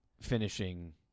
finishing